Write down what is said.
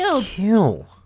kill